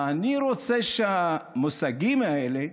אני רוצה שהמושגים האלה,